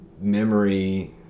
memory